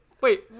wait